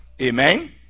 Amen